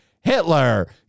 Hitler